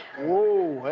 whoa,